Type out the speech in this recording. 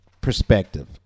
perspective